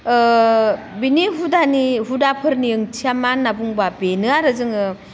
बिनि हुदानि हुदाफोरनि ओंथिया मा होनना बुंब्ला बेनो आरो जोङो